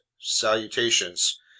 salutations